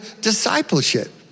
discipleship